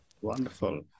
Wonderful